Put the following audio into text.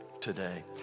today